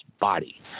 body